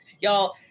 Y'all